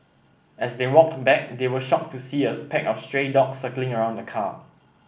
as they walked back they were shocked to see a pack of stray dogs circling around the car